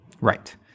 right